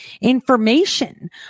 information